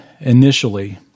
initially